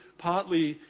partly,